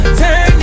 turn